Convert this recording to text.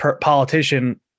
politician